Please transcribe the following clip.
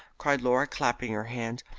cried laura, clapping her hands.